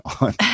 on